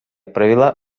провела